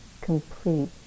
complete